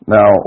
Now